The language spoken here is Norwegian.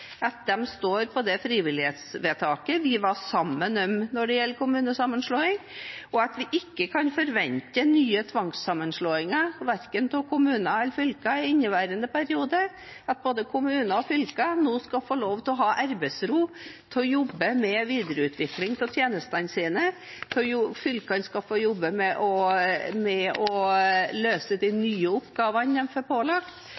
at de står på det frivillighetsvedtaket vi var sammen om når det gjelder kommunesammenslåing, og at vi ikke kan forvente nye tvangssammenslåinger verken av kommuner eller fylker i inneværende periode, at både kommuner og fylker nå skal få arbeidsro til å jobbe med videreutvikling av tjenestene sine, at fylkene skal få jobbe med å løse de nye oppgavene de får pålagt,